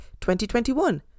2021